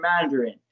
Mandarin